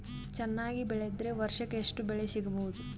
ಚೆನ್ನಾಗಿ ಬೆಳೆದ್ರೆ ವರ್ಷಕ ಎಷ್ಟು ಬೆಳೆ ಸಿಗಬಹುದು?